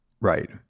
Right